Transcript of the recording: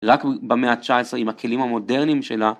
רק במאה ה-19 עם הכלים המודרניים שלה.